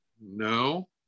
No